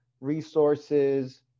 resources